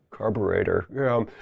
Carburetor